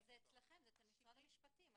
אבל זה אצלכם, אצל משרד המשפטים.